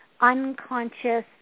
unconscious